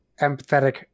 empathetic